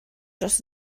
dros